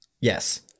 Yes